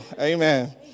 Amen